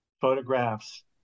photographs